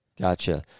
Gotcha